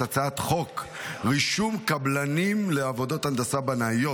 את הצעת חוק רישום קבלנים לעבודות הנדסה בנאיות